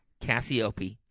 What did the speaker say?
Cassiope